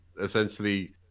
essentially